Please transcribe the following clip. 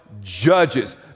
Judges